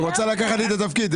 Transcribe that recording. היא רוצה לקחת לי את התפקיד,